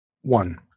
one